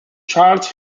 charles